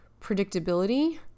predictability